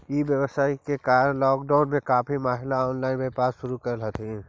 ई व्यवसाय के कारण लॉकडाउन में काफी महिला ऑनलाइन व्यापार शुरू करले हथिन